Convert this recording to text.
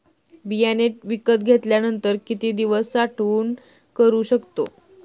बियाणे विकत घेतल्यानंतर किती दिवस साठवणूक करू शकतो?